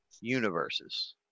universes